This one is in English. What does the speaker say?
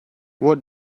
what